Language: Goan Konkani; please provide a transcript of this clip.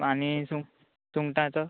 आनी सुंगटा सुंगटाचो